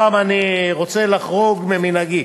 הפעם אני רוצה לחרוג ממנהגי